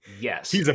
Yes